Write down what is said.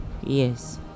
yes